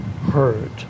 heard